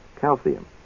Calcium